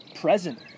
present